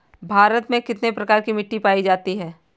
भारत में कितने प्रकार की मिट्टी पायी जाती है?